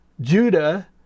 Judah